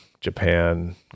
Japan